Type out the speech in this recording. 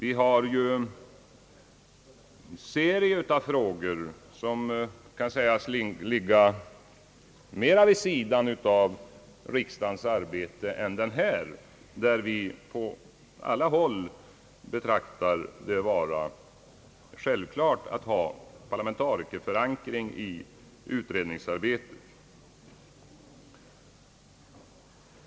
Det finns ju serier av frågor, som kan sägas ligga litet mera vid sidan av riksdagens arbete än denna, där vi på alla håll betraktar det såsom självklart att ha en parlamentarikerförankring i utredningsarbetet.